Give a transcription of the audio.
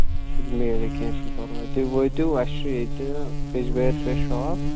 سُہ تہِ میلہِ کیٚنہہ چھِنہٕ پَرواے تُہۍ وٲتِو اَسہِ چھُ ییٚتہِ ویٚجِبیٛارِ چھُ اَسہِ شاپ